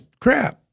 crap